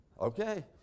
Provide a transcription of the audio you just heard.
Okay